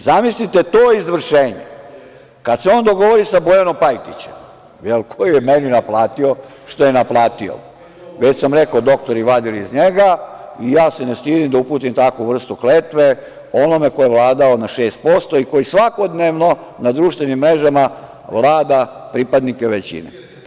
Zamislite to izvršenje kada se on dogovori sa Bojanom Pajtićem koji je meni naplatio što je naplatio, već sam rekao da su doktori vadili iz njega i ja se ne stidim da uputim takvu vrstu kletve onome ko je vladao na 6% i koji svakodnevno na društvenim mrežama vlada pripadnike većine.